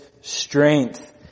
strength